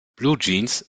bluejeans